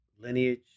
lineage